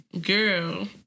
Girl